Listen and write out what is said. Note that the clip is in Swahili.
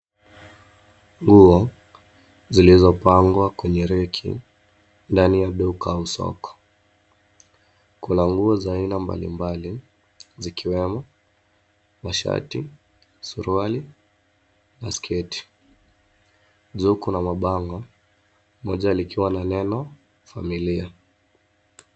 Nguo zilizopangwa kwenye reki ndani ya duka au soko. Kuna nguo za aina mbali mbali zikiwemo mashati, suruali na sketi. Juu kuna mabango moja likiwa na neno familia